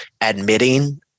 admitting